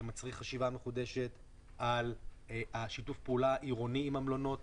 זה מצריך חשיבה מחודשת על שיתוף פעולה עירוני עם המלונות.